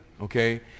okay